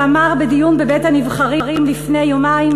שאמר בדיון בבית-הנבחרים לפני יומיים,